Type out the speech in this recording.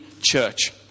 church